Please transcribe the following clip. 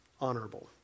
honorable